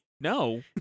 No